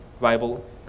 Bible